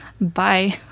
bye